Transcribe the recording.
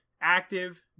active